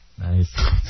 Nice